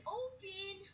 open